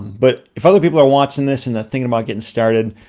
but if other people are watching this and they're thinking about getting started,